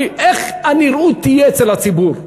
איך הנראות תהיה אצל הציבור?